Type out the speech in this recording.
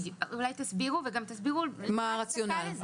אולי תסבירו, וגם תסבירו מה ההצדקה לזה.